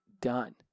done